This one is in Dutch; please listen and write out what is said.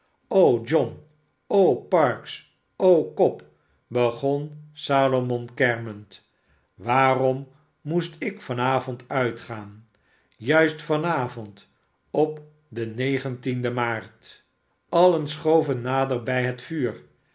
john o parkes o cobb begon salomon kermend waarom moest ik van avond uitgaan juist van avond op den negentienden maartl allen schoven nader bij het vuur